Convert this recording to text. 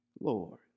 Lord